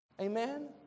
Amen